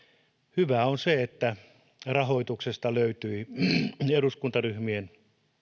hyvää on se että rahoituksesta löytyi eduskuntaryhmien